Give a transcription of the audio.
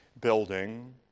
building